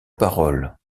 parole